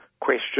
question